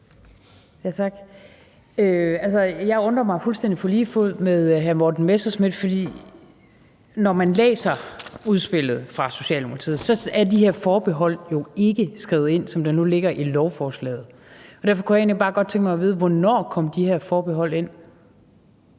jeg undrer mig fuldstændig på lige fod med hr. Morten Messerschmidt, for når man læser udspillet fra Socialdemokratiet, så er de her forbehold, som nu ligger i lovforslaget, jo ikke skrevet ind. Derfor kunne jeg egentlig bare godt tænke mig at vide: Hvornår kom de her forbehold ind?